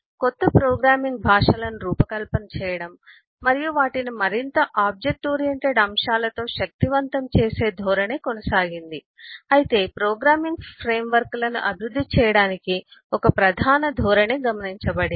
కొత్త ప్రోగ్రామింగ్ భాషలను రూపకల్పన చేయడం మరియు వాటిని మరింత ఆబ్జెక్ట్ ఓరియెంటెడ్ అంశాలతో శక్తివంతం చేసే ధోరణి కొనసాగింది అయితే ప్రోగ్రామింగ్ ఫ్రేమ్వర్క్లను అభివృద్ధి చేయడానికి ఒక ప్రధాన ధోరణి గమనించబడింది